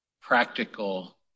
practical